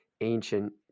ancient